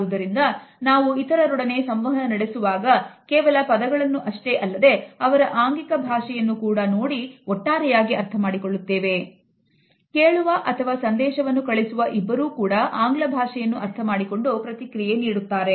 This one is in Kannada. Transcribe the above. ಅದೇನೆಂದರೆ ನಾವು ಸಂವಹನ ನಡೆಯುತ್ತಿರುವ ಸಂದರ್ಭವನ್ನು ಮರೆತು ಕೇವಲ ಆ ಸನ್ನೆಯ ಅರ್ಥಕ್ಕೆ ಮಾತ್ರ ಗೊತ್ತು ಕೊಟ್ಟಿರುತ್ತೇವೆ ಜೊತೆಗೆ ನಾವು ಹೆಚ್ಚಾಗಿ ಯಾವ ಪದಗಳನ್ನು ಉಪಯೋಗಿಸುತ್ತಿದ್ದಾರೆ ಎಂಬುದರ ಮೇಲೆ ಗಮನ ಕೊಟ್ಟು ಅವರ ಆಂಗಿಕ ಭಾಷೆಯನ್ನು ನಿರ್ಲಕ್ಷಿಸುತ್ತೇವೆ